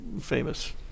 famous